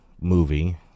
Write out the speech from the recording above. movie